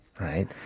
right